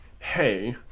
Hey